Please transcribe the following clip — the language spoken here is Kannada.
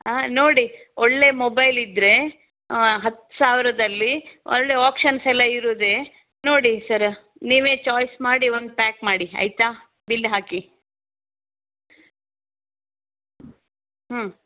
ನೋಡಿ ಒಳ್ಳೆಯ ಮೊಬೈಲ್ ಇದ್ದರೆ ಹತ್ತು ಸಾವಿರದಲ್ಲಿ ಒಳ್ಳೆಯ ಆಪ್ಷನ್ಸ್ ಎಲ್ಲ ಇರುವುದೇ ನೋಡಿ ಸರ್ ನೀವೇ ಚಾಯ್ಸ್ ಮಾಡಿ ಒಂದು ಪ್ಯಾಕ್ ಮಾಡಿ ಆಯಿತಾ ಬಿಲ್ ಹಾಕಿ ಹ್ಞೂ